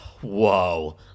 Whoa